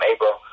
April